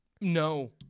No